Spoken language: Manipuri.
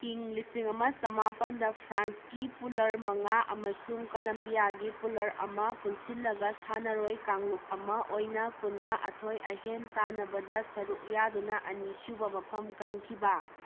ꯏꯪ ꯂꯤꯁꯤꯡ ꯑꯃ ꯆꯃꯥꯄꯜꯗ ꯐ꯭ꯔꯥꯟꯁꯀꯤ ꯄꯨꯂꯔ ꯃꯉꯥ ꯑꯃꯁꯨꯡ ꯀꯂꯝꯕꯤꯌꯥꯒꯤ ꯄꯨꯂꯔ ꯑꯃ ꯄꯨꯟꯁꯤꯜꯂꯒ ꯁꯥꯅꯔꯣꯏ ꯀꯥꯡꯂꯨꯞ ꯑꯃ ꯑꯣꯏꯅ ꯄꯨꯟꯅ ꯑꯊꯣꯏ ꯑꯍꯦꯟ ꯇꯥꯟꯅꯕꯗ ꯁꯔꯨꯛ ꯌꯥꯗꯨꯅ ꯑꯅꯤ ꯁꯨꯕ ꯃꯐꯝ ꯀꯟꯈꯤꯕ